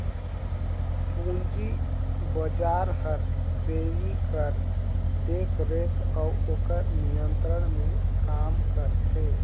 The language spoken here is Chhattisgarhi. पूंजी बजार हर सेबी कर देखरेख अउ ओकर नियंत्रन में काम करथे